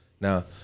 now